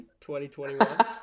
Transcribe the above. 2021